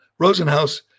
Rosenhouse